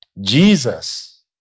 Jesus